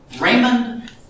Raymond